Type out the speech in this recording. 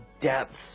depths